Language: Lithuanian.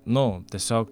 nu tiesiog